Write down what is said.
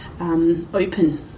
Open